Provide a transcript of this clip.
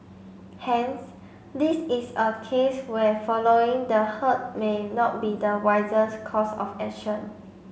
hence this is a case where following the herd may not be the wisest course of action